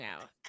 out